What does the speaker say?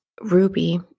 Ruby